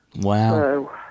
Wow